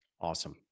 Awesome